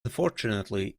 unfortunately